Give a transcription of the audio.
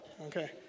Okay